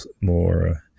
more